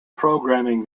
programming